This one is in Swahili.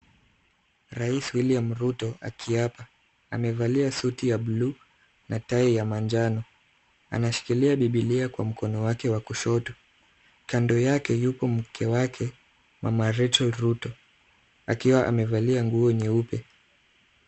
Rais William Ruto akiapa. Amevalia suti ya blue na tai ya manjano. Anashikilia biblia kwa mkono wake wa kushoto. Kando yake yupo mke wake mama Racheal Ruto akiwa amevalia nguo nyeupe.